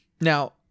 now